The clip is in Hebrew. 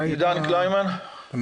עידן קלימן, בבקשה.